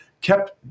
kept